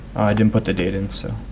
didn't put the date in so.